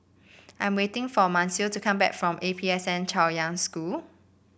I'm waiting for Mansfield to come back from A P S N Chaoyang School